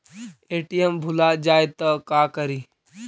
ATM भुला जाये त का करि?